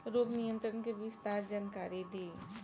रोग नियंत्रण के विस्तार जानकारी दी?